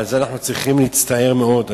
על זה אנחנו צריכים להצטער מאוד.